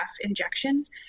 injections